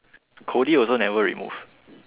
Cody also never remove